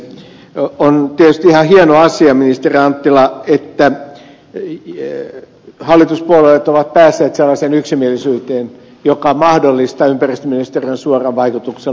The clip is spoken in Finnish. on tietysti ihan hieno asia ministeri anttila että hallituspuolueet ovat päässeet sellaiseen yksimielisyyteen joka mahdollistaa ympäristöministeriön suoran vaikutuksen luontopalveluihin